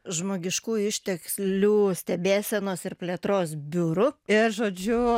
žmogiškųjų išteklių stebėsenos ir plėtros biuru ir žodžiu